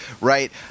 right